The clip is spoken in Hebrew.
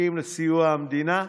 וזקוקים לסיוע המדינה,